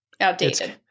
outdated